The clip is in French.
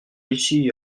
ici